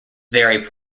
very